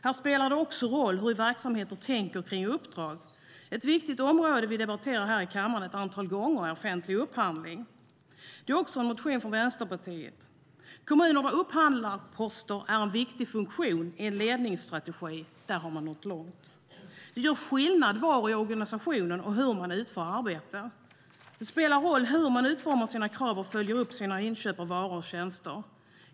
Här spelar det också roll hur verksamheter tänker kring sitt uppdrag. Ett viktigt område vi har debatterat i kammaren ett antal gånger är offentlig upphandling. Det är också en motion från Vänsterpartiet. Kommuner där upphandlarposten är en viktig funktion i en ledningsstrategi har nått långt. Det gör skillnad var i organisationen man utför arbete, och hur. Det spelar roll hur man utformar sina krav och följer upp sina inköp av varor och tjänster.